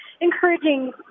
encouraging